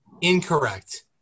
Incorrect